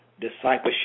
discipleship